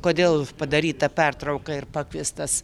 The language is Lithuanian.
kodėl padaryta pertrauka ir pakviestas